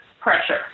pressure